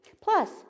Plus